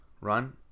run